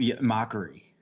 Mockery